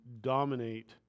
dominate